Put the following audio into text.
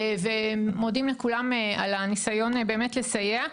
ומודים לכולם על הניסיון באמת לסייע.